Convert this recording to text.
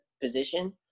position